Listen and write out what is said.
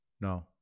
No